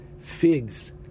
figs